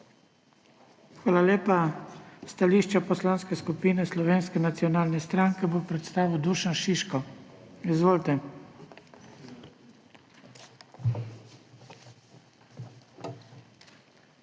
Hvala lepa. Stališče Poslanske skupine Slovenske nacionalne stranke bo predstavil Dušan Šiško. Izvolite. DUŠAN ŠIŠKO